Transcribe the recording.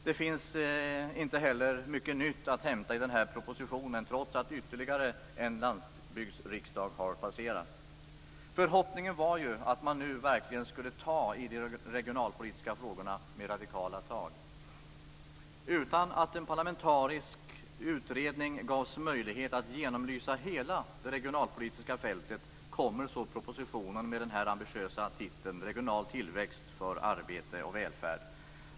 Inte heller finns det så mycket nytt att hämta i den här propositionen trots att ytterligare en landsbygdsriksdag har passerat. Förhoppningen var ju att man nu verkligen skulle ta radikala tag när det gäller de regionalpolitiska frågorna. Utan att en parlamentarisk utredning gavs möjlighet att genomlysa hela det regionalpolitiska fältet kommer så propositionen med den ambitiösa titeln Regional tillväxt - för arbete och välfärd.